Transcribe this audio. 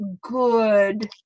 good